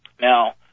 Now